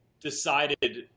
decided